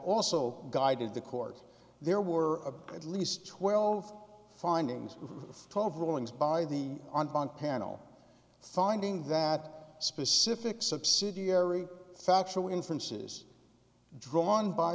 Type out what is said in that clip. also guided the court there were a at least twelve findings twelve rulings by the on panel finding that specific subsidiary factual instances drawn by